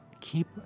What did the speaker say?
keep